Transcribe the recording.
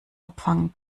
abfangen